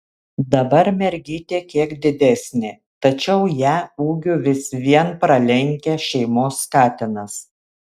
dabar mergytė kiek didesnė tačiau ją ūgiu vis vien pralenkia šeimos katinas